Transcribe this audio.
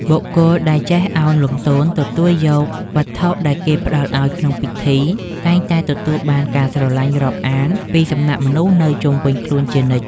បុគ្គលដែលចេះឱនលំទោនទទួលយកវត្ថុដែលគេផ្តល់ឱ្យក្នុងពិធី តែងតែទទួលបានការស្រឡាញ់រាប់អានពីសំណាក់មនុស្សនៅជុំវិញខ្លួនជានិច្ច។